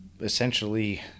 essentially